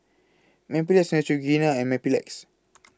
Mepilex Neutrogena and Mepilex